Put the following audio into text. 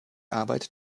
arbeit